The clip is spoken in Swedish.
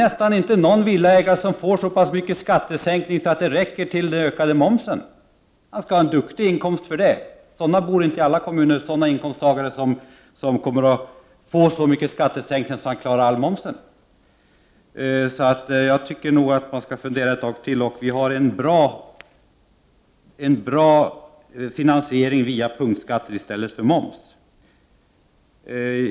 Nästan ingen villaägare får så stor skattesänkning att det räcker till den ökade momsen. Han skall ha en duktig inkomst för det. Varför har ni inte vågat tala om det? Det bor inte i alla kommuner inkomsttagare som får så stora skattesänkningar att de klarar momsen. Jag tycker nog att man skall fundera ett tag till. Vi kan få en bra finansiering via punktskatter i stället för med moms.